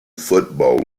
football